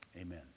amen